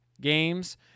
games